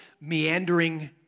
meandering